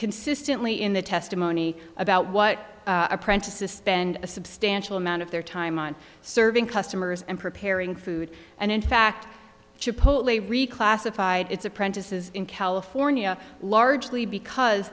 consistently in the testimony about what apprentices spend a substantial amount of their time on serving customers and preparing food and in fact chipotle a reclassified its apprentices in california largely because